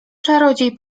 czarodziej